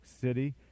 City